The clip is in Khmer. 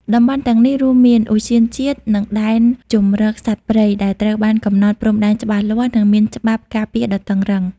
តំបន់ទាំងនេះរួមមាន ឧទ្យានជាតិ និង ដែនជម្រកសត្វព្រៃ ដែលត្រូវបានកំណត់ព្រំដែនច្បាស់លាស់ និងមានច្បាប់ការពារដ៏តឹងរ៉ឹង។